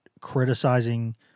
criticizing